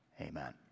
Amen